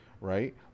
right